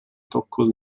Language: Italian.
tocco